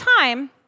time